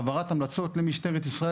העברת המלצות למשטרת ישראל